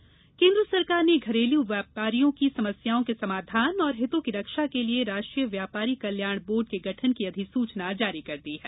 व्यापारी बोर्ड अधिसूचना केन्द्र सरकार ने घरेलू व्यापारियों की समस्याओं के समाधान और हितों की रक्षा के लिये राष्ट्रीय व्यापारी कल्याण बोर्ड के गठन की अधिसूचना जारी कर दी है